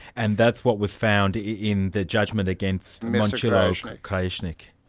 and that's what was found in the judgment against momcilo krajisnik.